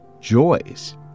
joys